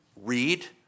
read